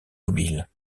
mobiles